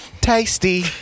tasty